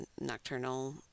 nocturnal